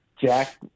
Jack